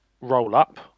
roll-up